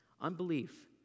unbelief